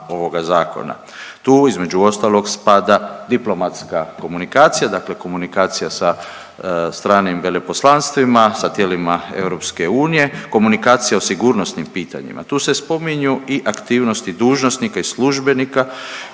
Tu između ostalog spada diplomatska komunikacija, dakle komunikacija sa stranim veleposlanstvima sa tijelima EU, komunikacija o sigurnosnim pitanjima. Tu se spominju i aktivnosti dužnosnika i službenika